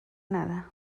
nada